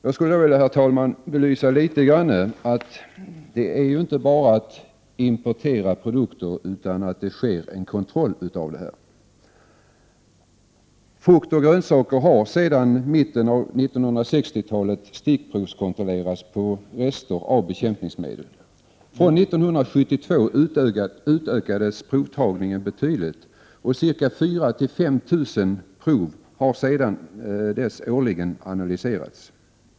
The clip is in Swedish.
Jag skulle litet grand vilja belysa att det inte bara är fråga om import av produkter, utan att det också rör sig om en kontroll av dem. Frukt och grönsaker har sedan mitten av 1960-talet stickprovskontrollerats på rester av bekämpningsmedel. Från 1972 har provtagningen utökats betydligt, och ca 4 000-5 000 prov har sedan dess analyserats årligen.